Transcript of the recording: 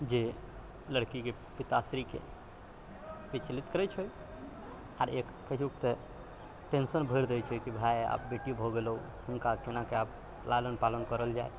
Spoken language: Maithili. जे लड़कीके पिताश्रीके विचलित करै छै आ कहियौ तऽ टेन्शन भरि दै छै कि भाय आब बेटी भऽ गेलो हुनका केनाके आब लालन पालन करल जाइत